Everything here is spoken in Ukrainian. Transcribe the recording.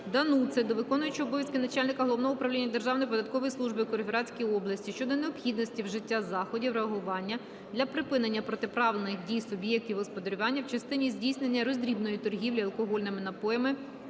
Дануци до виконуючого обов'язки начальника Головного управління Державної податкової служби у Кіровоградській області щодо необхідності вжиття заходів реагування для припинення протиправних дій суб'єктів господарювання в частині здійснення роздрібної торгівлі алкогольними напоями